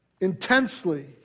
intensely